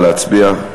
נא להצביע.